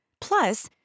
Plus